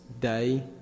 Day